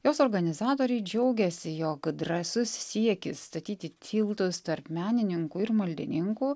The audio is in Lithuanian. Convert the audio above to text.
jos organizatoriai džiaugiasi jog drąsus siekis statyti tiltus tarp menininkų ir maldininkų